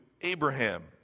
Abraham